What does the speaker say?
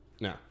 No